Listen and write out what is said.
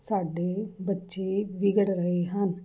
ਸਾਡੇ ਬੱਚੇ ਵਿਗੜ ਰਹੇ ਹਨ